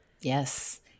Yes